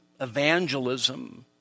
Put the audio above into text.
evangelism